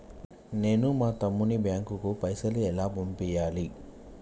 నేను మా తమ్ముని బ్యాంకుకు పైసలు ఎలా పంపియ్యాలి?